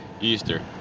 Easter